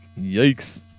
Yikes